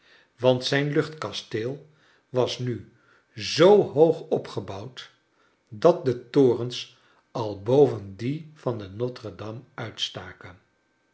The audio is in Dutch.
want zijn luchtkasteel was nu zoo hoog opgebouwd dat de torens al boven die van notre dame uitstaken